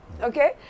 Okay